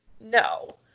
No